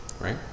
right